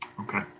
Okay